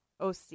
OC